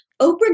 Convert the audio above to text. Oprah